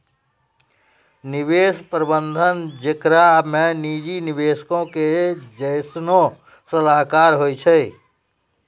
निवेश प्रबंधन जेकरा मे निजी निवेशको जैसनो सलाहकार होय छै